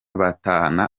batahana